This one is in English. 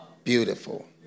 Beautiful